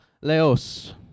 leos